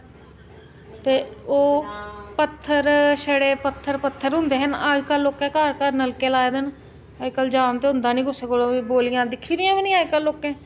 ते ओह् पत्थर छडे़ पत्थर पत्थर होंदे ना अज्ज कल लोकें घर घर नलके लाए दे न अज्ज कल जान ते होंदा निं कुसै कोल बोलियां दिक्खी दी बी निं हैन अज्ज कल लोकें